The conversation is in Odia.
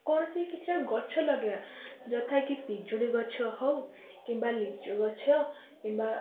କୌଣସି କିଛି ଗଛ ଲଗାଇବା ଯଥା କି ପିଜୁଳି ଗଛ ହଉ କିମ୍ବା ଲିଚୁ ଗଛ କିମ୍ବା